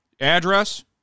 Address